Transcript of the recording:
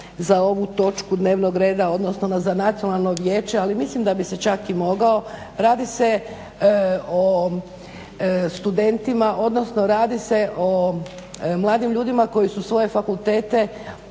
za ovu točku dnevnog reda, odnosno za Nacionalno vijeće ali mislim da bi se čak i mogao. Radi se o studentima, odnosno radi se o mladim ljudima koji su svoje fakultete